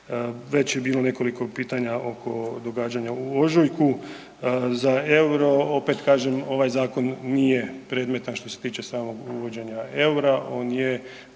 Već je bilo nekoliko pitanja oko događanja u ožujku za euro, opet kažem, ovaj zakon nije predmetan što se tiče samog uvođenja eura, on je